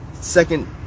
second